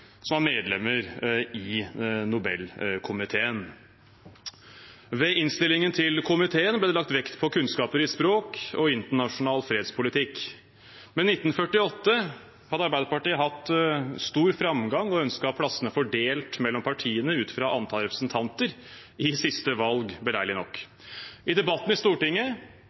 som var medlem i Nobelkomiteen. Ved innstillingen til komiteen ble det lagt vekt på kunnskaper i språk og internasjonal fredspolitikk. Men i 1948 hadde Arbeiderpartiet hatt stor framgang og ønsket plassene fordelt mellom partiene ut fra antall representanter i siste valg, beleilig nok. I debatten i Stortinget